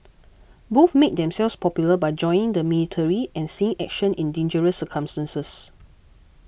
both made themselves popular by joining the military and seeing action in dangerous circumstances